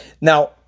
Now